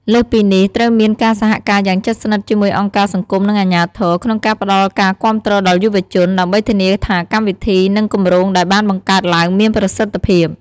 លើសពីនេះ ត្រូវមានការសហការយ៉ាងជិតស្និទ្ធជាមួយអង្គការសង្គម និងអាជ្ញាធរ ក្នុងការផ្តល់ការគាំទ្រដល់យុវជន ដើម្បីធានាថាកម្មវិធី និងគម្រោងដែលបានបង្កើតឡើងមានប្រសិទ្ធភាព